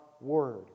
Word